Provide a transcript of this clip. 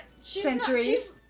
Centuries